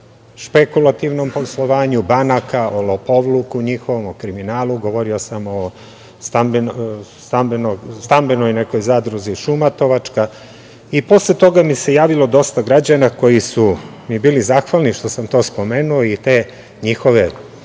špekulativnom poslovanju banaka, o lopovluku njihovom, o kriminalu, govorio sam o stambenoj nekoj zadruzi „Šumatovačka“ i posle toga mi se javilo dosta građana koji su mi bili zahvalni što sam to spomenuo i te njihove